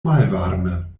malvarme